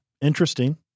Interesting